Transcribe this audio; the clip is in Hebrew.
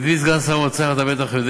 ידידי סגן שר האוצר, אתה בטח יודע